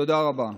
תודה רבה.